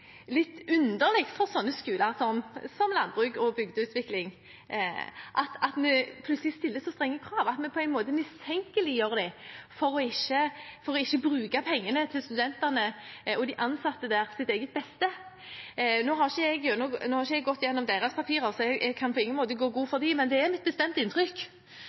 for skoler som Høgskulen for landbruk og bygdeutvikling at vi plutselig stiller så strenge krav at vi på en måte mistenkeliggjør dem – mistenker dem for ikke å bruke pengene til studentenes og de ansattes beste. Nå har ikke jeg gått igjennom papirene deres, så jeg kan på ingen måte gå god for dem, men det er mitt bestemte inntrykk